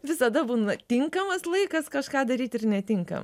visada būna tinkamas laikas kažką daryti ir netinkamas